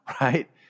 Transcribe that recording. right